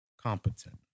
competent